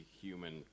human